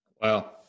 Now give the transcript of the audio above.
Wow